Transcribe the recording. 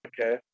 Okay